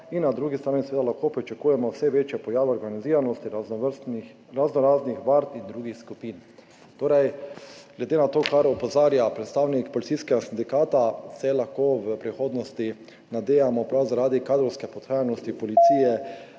in na drugi strani seveda lahko pričakujemo vse večje pojave organiziranosti raznoraznih vard in drugih skupin.« Torej, glede na to, kar opozarja predstavnik Policijskega sindikata, se lahko v prihodnosti nadejamo prav zaradi kadrovske podhranjenosti policije